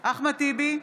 אחמד טיבי,